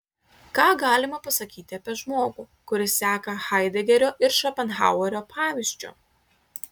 ką galima pasakyti apie žmogų kuris seka haidegerio ir šopenhauerio pavyzdžiu